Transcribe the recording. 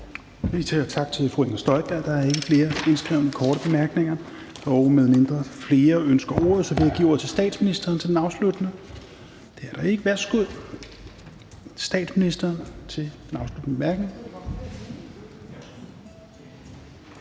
Vi siger tak til fru Inger Støjberg. Der er ikke flere korte bemærkninger, og med mindre flere ønsker ordet, vil jeg give ordet til statsministeren. Det er der ikke. Værsgo: statsministeren til den afsluttende bemærkning.